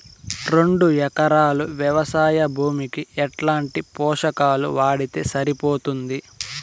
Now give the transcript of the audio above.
రెండు ఎకరాలు వ్వవసాయ భూమికి ఎట్లాంటి పోషకాలు వాడితే సరిపోతుంది?